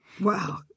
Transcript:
Wow